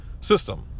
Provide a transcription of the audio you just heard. system